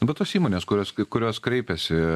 bet tos įmonės kurios kurios kreipiasi